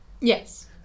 Yes